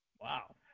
Wow